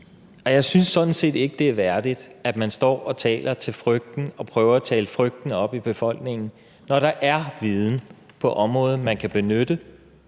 Jeg synes sådan set ikke, at det er værdigt, at man står og taler til frygten og prøver at tale frygten op i befolkningen, når der er viden på området, man kan benytte